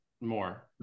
more